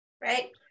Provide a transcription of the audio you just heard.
right